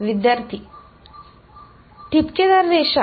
विद्यार्थी ठिपकलेली रेषा